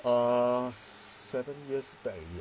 uh seven years back